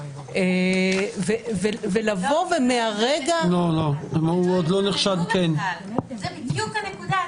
ולבוא ומרגע --- זו בדיוק הנקודה,